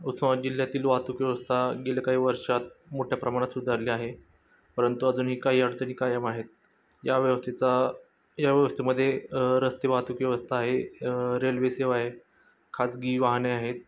उस्माद जिल्ह्यातील वाहतूक व्यवस्था गेले काही वर्षात मोठ्या प्रमाणात सुधारली आहे परंतु अजूनही काही अडचणी कायम आहेत या व्यवस्थेचा या व्यवस्थेमध्ये रस्ते वाहतूक व्यवस्था आहे रेल्वेसेवा आहे खाजगी वाहने आहेत